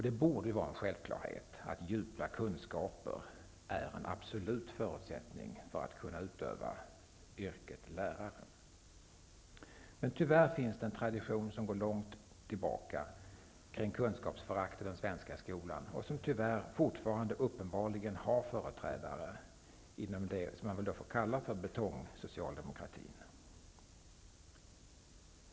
Det borde vara en självklarhet att djupa kunskaper är en absolut förutsättning för att kunna utöva läraryrket. Tyvärr finns en tradition som går långt tillbaka i tiden då kunskapsförakt rådde i den svenska skolan. Ett synsätt som det uppenbarligen tyvärr finns företrädare för inom -- som man väl får kalla den -- betongsocialdemokratin.